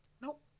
Nope